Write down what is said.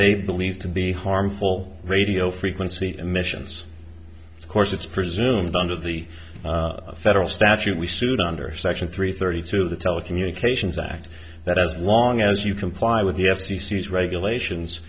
they believed to be harmful radio frequency emissions of course it's presumed under the federal statute we sued under section three thirty two the telecommunications act that as long as you comply with the f c c regulations